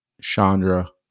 Chandra